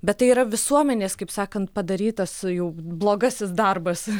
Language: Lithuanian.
bet tai yra visuomenės kaip sakant padarytas jau blogasis darbas